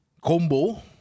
Combo